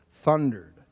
thundered